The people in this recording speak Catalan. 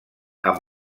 amb